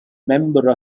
member